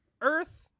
Earth